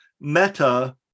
meta